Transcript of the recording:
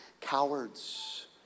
cowards